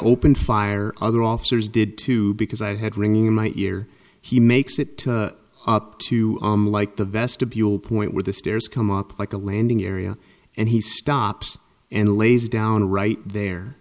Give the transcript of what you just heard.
opened fire other officers did too because i had ringing in my ear he makes it up to like the vestibule point where the stairs come up like a landing area and he stops and lays down right there